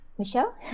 Michelle